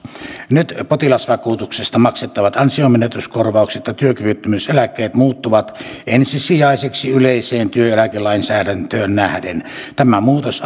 nyt potilasvakuutuksesta maksettavat ansionmenetyskorvaukset ja työkyvyttömyyseläkkeet muuttuvat ensisijaisiksi yleiseen työeläkelainsäädäntöön nähden tämä muutos